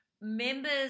members